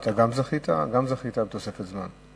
לא, גם אתה זכית לתוספת זמן.